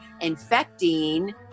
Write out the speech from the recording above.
infecting